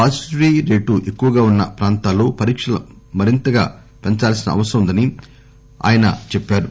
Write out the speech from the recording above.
positivity రేట్లు ఎక్కువగా ఉన్న ప్రాంతాల్లో పరీక్షలు మరింతగా పెందాల్సిన అవసరం ఉందని ఆయన చెప్పారు